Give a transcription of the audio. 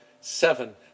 seven